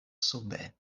sube